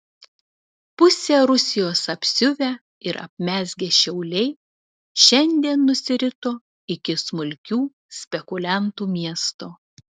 pusę rusijos apsiuvę ir apmezgę šiauliai šiandien nusirito iki smulkių spekuliantų miesto